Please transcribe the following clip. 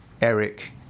Eric